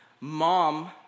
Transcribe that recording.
mom